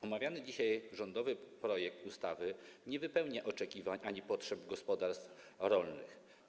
Omawiany dzisiaj rządowy projekt ustawy nie spełnia oczekiwań ani nie zaspokaja potrzeb gospodarstw rolnych.